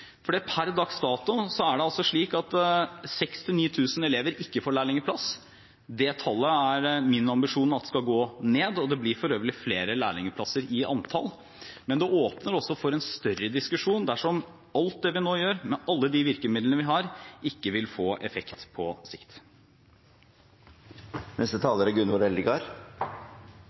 per dags dato er det altså slik at 6 000–9 000 elever ikke får lærlingplass. Min ambisjon er at det tallet skal gå ned. Det blir for øvrig flere lærlingplasser i antall, men det åpner også for en større diskusjon dersom alt det vi nå gjør, med alle de virkemidlene vi har, ikke vil få effekt på